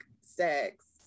sex